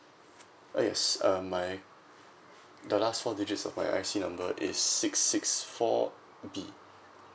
uh yes um my the last four digits of my I_C number is six six four B